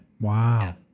Wow